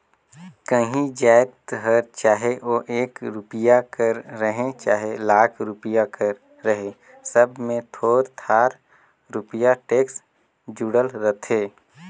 काहीं जाएत हर चहे ओ एक रूपिया कर रहें चहे लाख रूपिया कर रहे सब में थोर थार रूपिया टेक्स जुड़ल रहथे